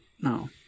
No